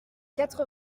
quatre